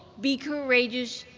be courageous,